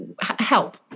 help